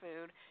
food